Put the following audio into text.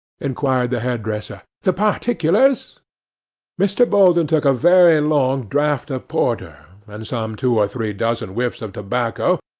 inquired the hairdresser, the particulars mr. bolton took a very long draught of porter, and some two or three dozen whiffs of tobacco,